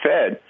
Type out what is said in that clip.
Fed